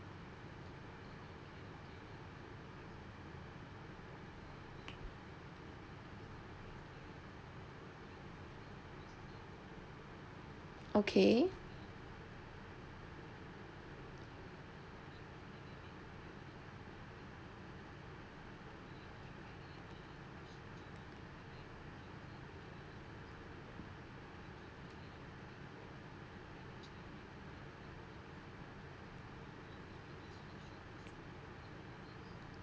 okay